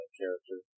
character